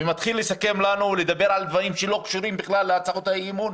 ומתחיל לדבר על דברים שלא קשורים בכלל להצעות האי-אמון.